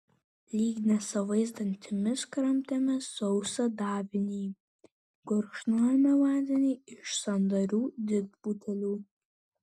lyg nesavais dantimis kramtėme sausą davinį gurkšnojome vandenį iš sandarių didbutelių